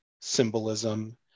symbolism